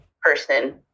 person